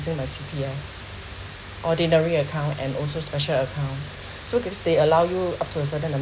using the C_P_F ordinary account and also special account so at least they allow you up to a certain amount